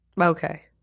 Okay